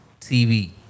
TV